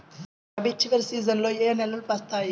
రబీ చివరి సీజన్లో ఏ నెలలు వస్తాయి?